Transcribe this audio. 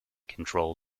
control